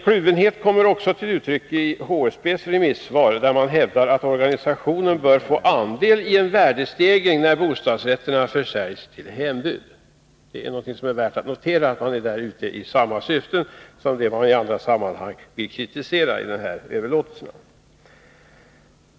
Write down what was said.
Kluvenheten kommer också till uttryck i HSB:s remissvar, där man hävdar att organisationen bör få andel i en värdestegring när bostadsrätterna försäljs efter hembud. Det är värt att notera att man där är ute i samma syfte som man i andra sammanhang kritiserar.